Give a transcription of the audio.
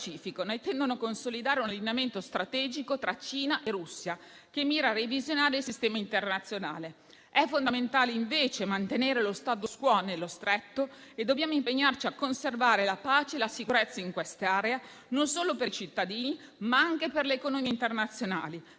intendono consolidare un allineamento strategico tra Cina e Russia, che mira revisionare il sistema internazionale. È fondamentale invece mantenere lo *status quo* nello stretto. Dobbiamo impegnarci a conservare la pace e la sicurezza in quell'area, non solo per i cittadini, ma anche per le economie internazionali,